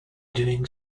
doing